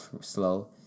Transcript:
slow